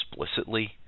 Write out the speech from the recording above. explicitly